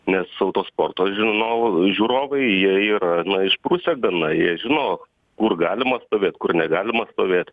nes autosporto žino žiūrovai jie yra išprusę gana jie žino kur galima stovėt kur negalima stovėt